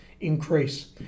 increase